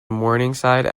morningside